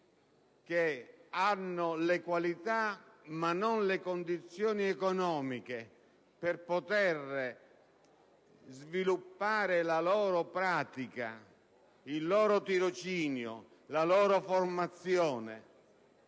che hanno le qualità ma non le condizioni economiche per poter sviluppare la loro pratica, il loro tirocinio, la loro formazione